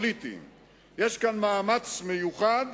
יש כאן מאמץ מיוחד